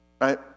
right